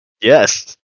Yes